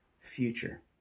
future